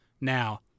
now